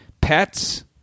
Pets